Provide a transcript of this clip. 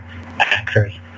actors